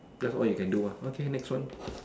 that's all you can do mah okay next one